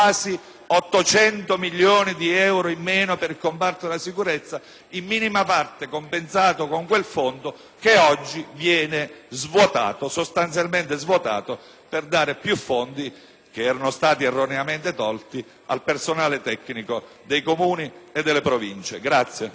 800 milioni di euro in meno per il comparto della sicurezza, che furono in minima parte compensati con quel fondo che oggi viene sostanzialmente svuotato per dare più fondi - che erano stati erroneamente tolti - al personale tecnico dei Comuni e delle Province.